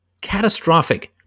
catastrophic